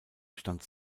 stand